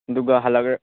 ꯑꯗꯨꯒ ꯍꯜꯂꯛꯑꯒ